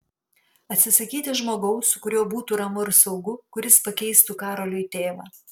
atsisakyti žmogaus su kuriuo būtų ramu ir saugu kuris pakeistų karoliui tėvą